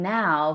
now